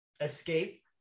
Escape